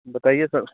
बताइए सर